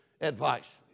advice